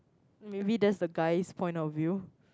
maybe that's the guy's point of view